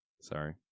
Sorry